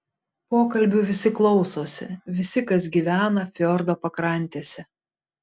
pokalbių visi klausosi visi kas gyvena fjordo pakrantėse